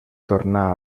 tornà